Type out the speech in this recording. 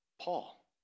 Paul